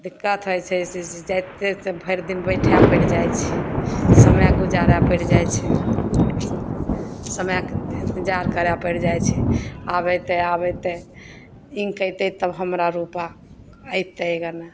दिक्कत होइ छै जाएते भरि दिन बैठै पड़ि जाइ छै समय गुजारै पड़ि जाइ छै समयके इन्तजार करै पड़ि जाइ छै आब अएतै आब अएतै लिन्क अएतै तब हमरा रुपा अएतै गने